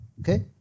Okay